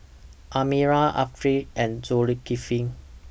Amirah Afiqah and Zulkifli